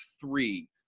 three